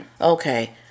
Okay